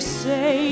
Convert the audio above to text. say